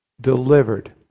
delivered